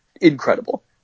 incredible